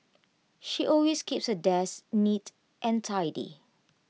she always keeps her desk neat and tidy